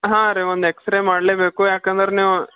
ಹಾಂ ರೀ ಒಂದು ಎಕ್ಸ್ರೇ ಮಾಡಲೇಬೇಕು ಯಾಕೆಂದರೆ ನೀವು